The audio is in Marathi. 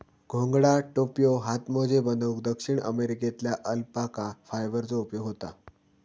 घोंगडा, टोप्यो, हातमोजे बनवूक दक्षिण अमेरिकेतल्या अल्पाका फायबरचो उपयोग होता